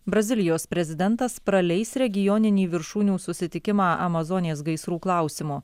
brazilijos prezidentas praleis regioninį viršūnių susitikimą amazonės gaisrų klausimu